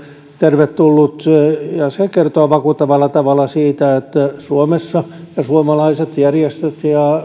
tervetullut ja se kertoo vakuuttavalla tavalla siitä että suomessa osataan ja suomalaiset järjestöt ja